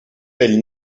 del